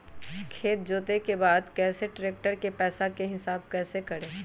खेत जोते के बाद कैसे ट्रैक्टर के पैसा का हिसाब कैसे करें?